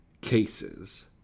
cases